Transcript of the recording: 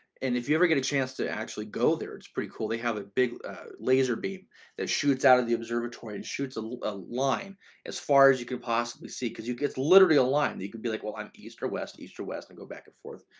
and if you ever get a chance to actually go there, it's pretty cool. they have a big laser beam that shoots out of the observatory and shoots a a line as far as you could possibly see. cause you get literally a line. you could be like, well, i'm east or west, east or west and go back and forth.